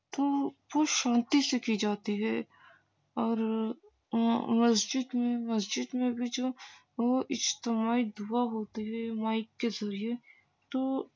تو بہت شانتی سے کی جاتی ہے اور مسجد میں مسجد میں بھی جو وہ اجتماعی دعا ہوتی ہے مائک کے ذریعے تو